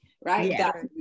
right